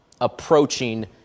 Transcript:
approaching